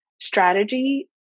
strategy